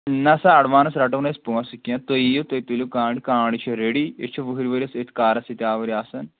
نسا اَیٚڈوانٕس رَٹو نہٕ أسۍ پونٛسہٕ کیٚنٛہہ تُہۍ یِیِو تُہۍ تُلِو کانٛگٕرِ کانٛگٕرِ چھِ ریڈی أسۍ چھِ ؤہٕرۍ ؤرۍیَس أتھۍ کارَس سۭتۍ آوُرۍ آسان